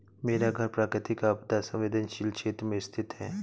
मेरा घर प्राकृतिक आपदा संवेदनशील क्षेत्र में स्थित है